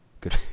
good